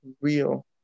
real